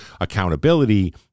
accountability